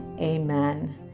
Amen